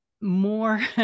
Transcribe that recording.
more